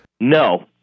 No